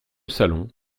salon